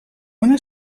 una